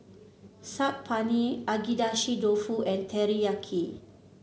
Saag Paneer Agedashi Dofu and Teriyaki